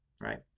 right